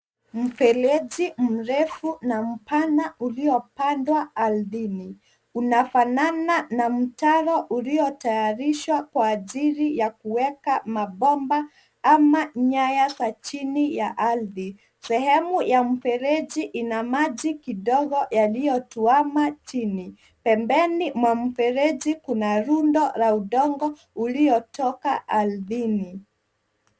Mfereji mrefu na mpana uliopandwa ardhini unafanana na mtaro uliyotayarishwa kwa ajili ya kuweka mabomba ama nyaya za chini ya ardhi. Sehemu ya mfereji ina maji kidogo yaliyotuama chini. Pembeni mwa mfereji kuna rundo la udongo uliotoka ardhini.